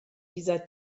dieser